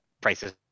prices